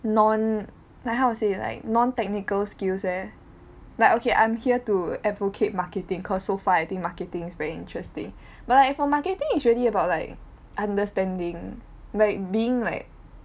non like how to say like non technical skills eh like okay I'm here to advocate marketing cause so far I think marketing is very interesting but like for marketing is really about like understanding like being like